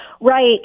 Right